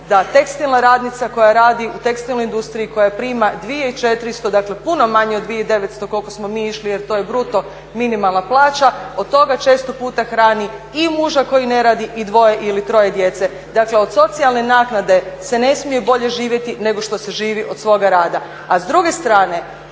da tekstilna radnica koja radi u tekstilnoj industriji, koja prima 2400, dakle puno manje od 2900 koliko smo mi išli jer to je bruto minimalna plaća, od toga često puta hrani i muža koji ne radi i dvoje ili troje djece. Dakle od socijalne naknade se ne smije bolje živjeti nego što se živi od svoga rada. A s druge strane,